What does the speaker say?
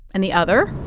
and the other.